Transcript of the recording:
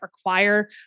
require